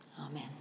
Amen